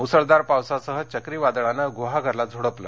मुसळधार पावसासह चक्रीवादळानं गुहागरला झोडपलं